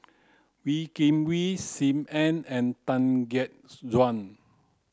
Wee Kim Wee Sim Ann and Tan Gek Suan